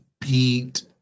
beat